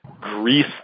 grease